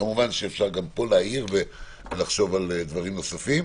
כמובן שאפשר גם פה להעיר ולחשוב על דברים נוספים.